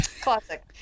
Classic